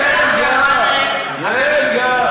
רגע.